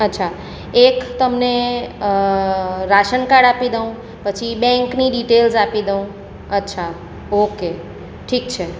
અચ્છા એક તમને રાશન કાર્ડ આપી દઉં પછી બેંકની ડિટેલ્સ આપી દઉં અચ્છા ઓકે ઠીક છે